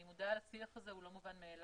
אני מודה על השיח הזה, הוא לא מובן מאליו.